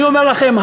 אני אומר לכם,